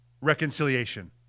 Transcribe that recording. reconciliation